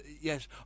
Yes